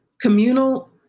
Communal